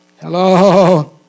Hello